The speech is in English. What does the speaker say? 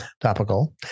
topical